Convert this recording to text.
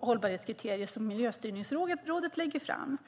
hållbarhetskriterier som Miljöstyrningsrådet lägger fram?